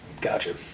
Gotcha